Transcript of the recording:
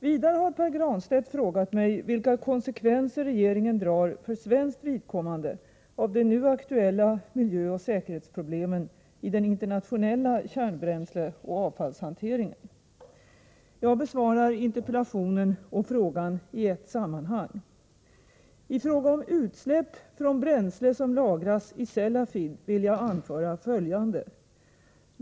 Vidare har Pär Granstedt frågat mig vilka konsekvenser regeringen drar för svenskt vidkommande av de nu aktuella miljöoch säkerhetsproblemen i den internationella kärnbränsleoch avfallshanteringen. Jag besvarar interpellationen och frågan i ett sammanhang. I fråga om utsläpp från bränsle som lagras i Sellafield vill jag anföra följande.